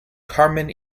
carmen